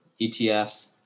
ETFs